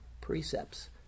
precepts